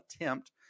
attempt